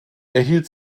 erhielt